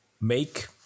make